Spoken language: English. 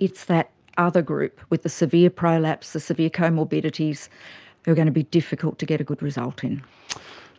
it's that other group with the severe prolapse, the severe comorbidities who are going to be difficult to get a good result in.